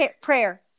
prayer